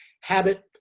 habit